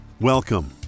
Welcome